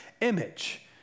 image